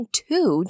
two